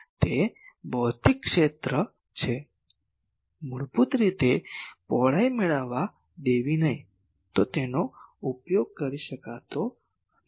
તે ભૌતિક ક્ષેત્ર છે મૂળભૂત રીતે પહોળાઈ મેળવવા દેવી નહીં તો તેનો ઉપયોગ કરી શકાતો નથી